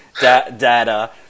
data